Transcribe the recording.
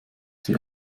sie